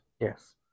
Yes